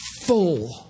full